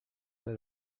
set